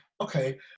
okay